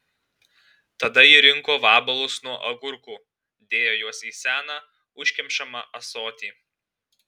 tada ji rinko vabalus nuo agurkų dėjo juos į seną užkemšamą ąsotį